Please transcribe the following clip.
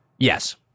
Yes